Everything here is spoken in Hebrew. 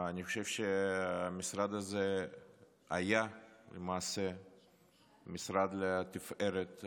אני חושב שהמשרד הזה היה משרד לתפארת,